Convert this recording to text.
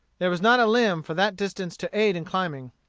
there was not a limb for that distance to aid in climbing.